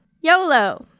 YOLO